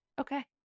Okay